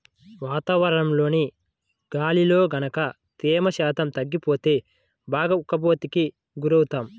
వాతావరణంలోని గాలిలో గనక తేమ శాతం తగ్గిపోతే బాగా ఉక్కపోతకి గురవుతాము